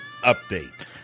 Update